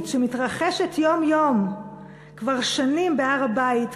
שמתרחשת יום-יום כבר שנים בהר-הבית,